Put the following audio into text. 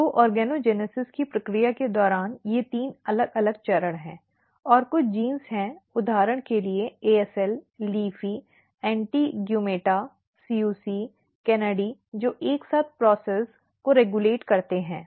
तो ऑर्गेनोजेनेसिस की प्रक्रिया के दौरान ये तीन अलग अलग चरण हैं और कुछ जीन हैं उदाहरण के लिए ASL LEAFY ANTIGUMETA CUC KANADI जो एक साथ प्रोसेस को रेग्यूलेट करते हैं